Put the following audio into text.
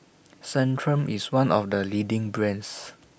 Centrum IS one of The leading brands